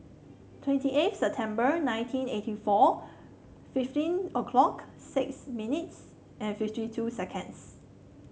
twenty eighth September nineteen eighty four fifteen O 'clock six minutes and fifty two seconds